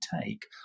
take